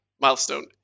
milestone